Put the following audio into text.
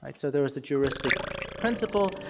and so there was the juristic principle.